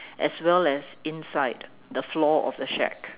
as well as inside the floor of the shack